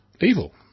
evil